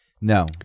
No